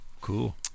Cool